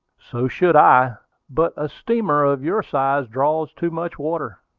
so should i but a steamer of your size draws too much water.